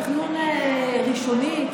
תכנון ראשוני,